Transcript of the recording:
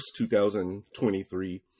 2023